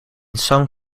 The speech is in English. some